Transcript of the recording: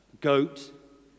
goat